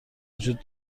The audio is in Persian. وجود